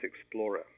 explorer